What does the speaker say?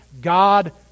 god